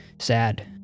sad